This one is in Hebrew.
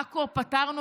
בעכו פתרנו,